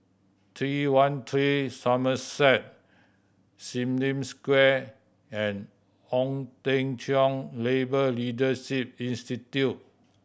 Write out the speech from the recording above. Three One Three Somerset Sim Lim Square and Ong Teng Cheong Labour Leadership Institute